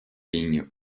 lignes